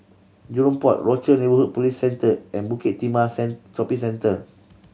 Jurong Port Rochor Neighborhood Police Centre and Bukit Timah Shopping Centre